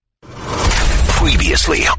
Previously